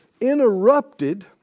interrupted